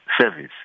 service